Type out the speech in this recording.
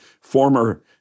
former